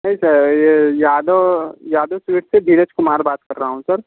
नहीं सर यह यादव यादव स्वीट्स से धीरज कुमार बात कर रहा हूँ सर